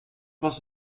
was